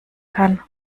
kann